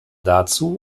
dazu